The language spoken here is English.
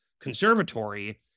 conservatory